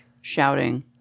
shouting